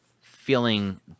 feeling